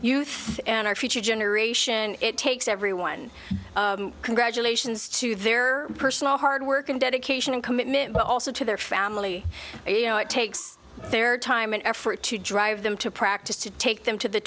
youth and our future generation it takes everyone congratulations to their personal hard work and dedication and commitment but also to their family you know it takes their time and effort to drive them to practice to take them to the